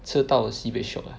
吃到 sibei shiok lah